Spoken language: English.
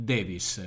Davis